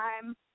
time